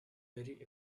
very